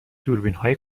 دوربینهای